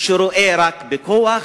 שרואה רק בכוח,